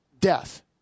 death